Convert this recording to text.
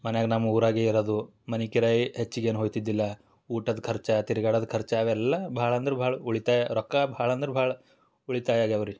ಮನ್ಯಾಗೆ ನಮ್ಮ ಊರಾಗೇ ಇರೋದು ಮನೆ ಕೆರೇ ಹೆಚ್ಚಿಗೆ ಏನೂ ಹೋಗ್ತಿದ್ದಿಲ್ಲ ಊಟದ ಖರ್ಚು ತಿರ್ಗಾಡೋದ್ ಖರ್ಚು ಅವೆಲ್ಲ ಭಾಳ ಅಂದ್ರೆ ಭಾಳ ಉಳಿತಾಯ ರೊಕ್ಕ ಭಾಳ ಅಂದ್ರೆ ಭಾಳ ಉಳಿತಾಯ ಆಗ್ಯಾವೆ ರೀ